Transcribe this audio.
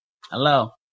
Hello